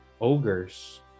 ogres